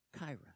Kyra